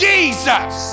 Jesus